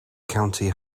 county